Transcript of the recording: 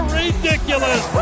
ridiculous